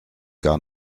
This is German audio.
gar